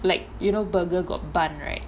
like you know burger got bun right